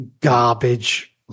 garbage